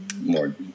more